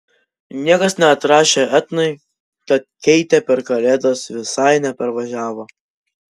niekas neatrašė etnai kad keitė per kalėdas visai neparvažiavo